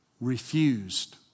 refused